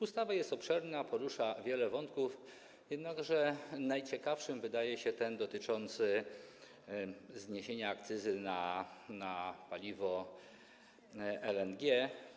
Ustawa jest obszerna, porusza wiele wątków, jednakże najciekawszy wydaje się wątek dotyczący zniesienia akcyzy na paliwo LNG.